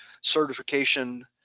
certification